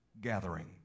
gathering